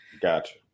Gotcha